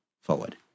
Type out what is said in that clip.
forward